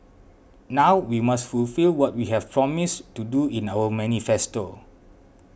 now we must fulfil what we have promised to do in our manifesto